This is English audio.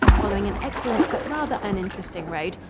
following an excellent but rather uninteresting road,